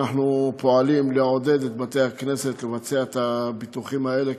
אנחנו פועלים לעודד את בתי-הכנסת לבצע את הביטוחים האלה,